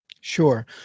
Sure